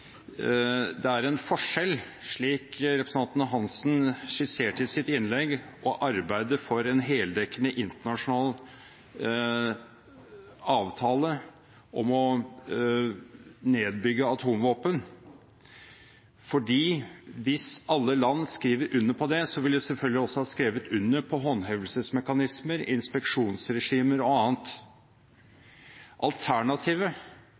det er en forskjell, slik representanten Hansen skisserte i sitt innlegg, å arbeide for en heldekkende internasjonal avtale om å nedbygge atomvåpen, for hvis alle land skriver under på det, vil de selvfølgelig også ha skrevet under på håndhevelsesmekanismer, inspeksjonsregimer og annet. Alternativet,